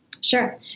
sure